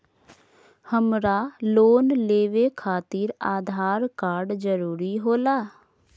हमरा लोन लेवे खातिर आधार कार्ड जरूरी होला?